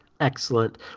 Excellent